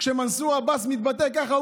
כשמנסור עבאס מתבטא ככה,